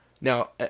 now